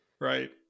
Right